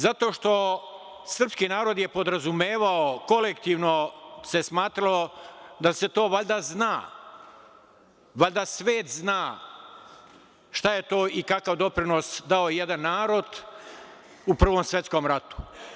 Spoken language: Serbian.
Zato što srpski narod je podrazumevao, kolektivno se smatralo da se to valjda zna, valjda svet zna šta je to i kakav doprinos dao jedan narod u Prvom svetskom ratu.